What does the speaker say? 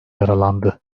yaralandı